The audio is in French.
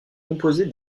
composée